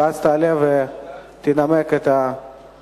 ואז תעלה ותנמק את תשובתך.